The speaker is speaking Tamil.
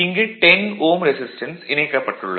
இங்கு 10 Ω ரெசிஸ்டன்ஸ் இணைக்கப்பட்டுள்ளது